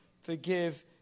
forgive